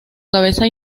cabeza